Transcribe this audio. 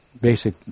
basic